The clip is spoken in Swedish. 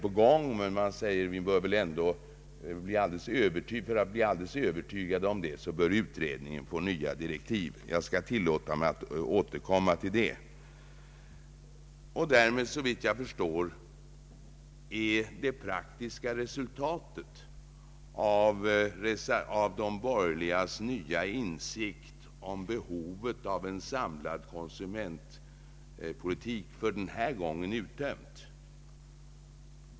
Men för att man skall kunna känna sig alldeles övertygad härom, säger man, bör utredningen få nya direktiv. Jag tilllåter mig att återkomma till det. Därmed är, såvitt jag förstår, det praktiska resultatet av de borgerligas nya insikt om behovet av en samlad konsumentpolitik för den här gången uttömt.